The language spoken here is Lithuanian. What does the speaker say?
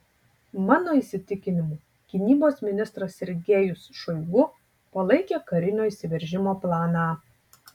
mano įsitikinimu gynybos ministras sergejus šoigu palaikė karinio įsiveržimo planą